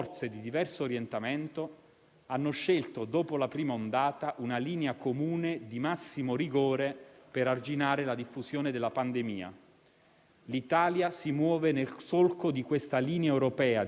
L'Italia si muove nel solco di questa linea europea di prudenza, di cautela e di primato della difesa del diritto alla salute. Questa valutazione ha portato il Governo, già lunedì scorso,